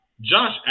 Josh